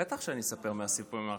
בטח שאני אספר סיפור מהחיים,